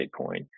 Bitcoin